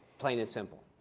plain and simple.